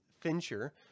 Fincher